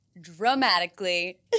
dramatically